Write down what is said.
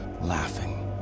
laughing